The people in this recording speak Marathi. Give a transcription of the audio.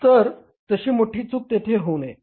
तर तशी मोठी चूक तेथे होऊ नये